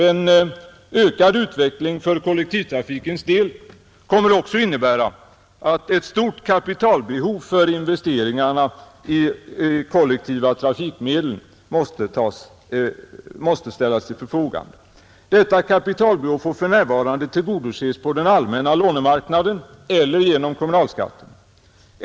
En ökad utveckling för kollektivtrafikens del kommer också att innebära att betydande kapital måste ställas till förfogande för investeringar i kollektivtrafikmedel. Detta kapitalbehov får för närvarande 175 tillgodoses på den allmänna lånemarknaden eller genom kommunalskatten.